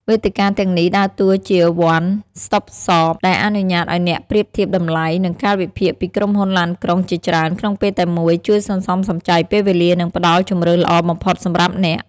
វេទិកាទាំងនេះដើរតួជា វ័ន ស្តុបសប ដែលអនុញ្ញាតឱ្យអ្នកប្រៀបធៀបតម្លៃ និងកាលវិភាគពីក្រុមហ៊ុនឡានក្រុងជាច្រើនក្នុងពេលតែមួយ ជួយសន្សំសំចៃពេលវេលា និងផ្តល់ជម្រើសល្អបំផុតសម្រាប់អ្នក។